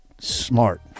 Smart